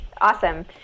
awesome